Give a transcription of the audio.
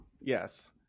Yes